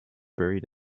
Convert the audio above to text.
buried